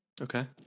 Okay